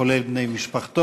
כולל בני משפחתו,